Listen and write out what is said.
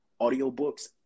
audiobooks